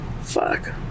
Fuck